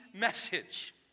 message